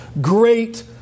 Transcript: great